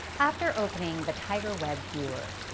after opening the tigerweb viewer,